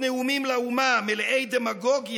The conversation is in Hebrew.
יא חתיכת תומך טרור.